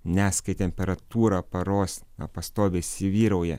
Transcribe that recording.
nes kai temperatūra paros pastoviai įsivyrauja